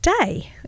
day